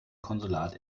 konsulat